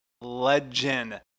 legend